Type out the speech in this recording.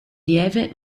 lieve